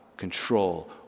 control